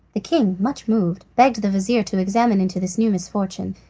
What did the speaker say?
the king, much moved, begged the vizir to examine into this new misfortune,